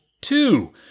two